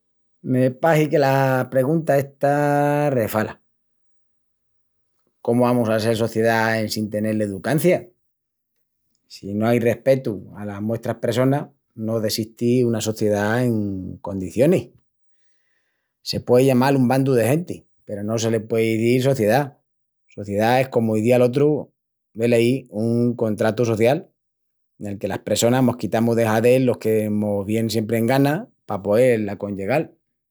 Me pahi que la pregunta esta resbala... Comu amus a sel sociedá en sin tenel educancia? Si no ai repestu alas muestras pressonas no dessisti una sociedá en condicionis. Se puei llamal un bandu de genti peru no se le puei izil sociedá. Sociedá es, comu izía l'otru, veleí, un contratu social, nel que las pressonas mos quitamus de hazel lo que mos vien siempri en gana pa poel aconllegal.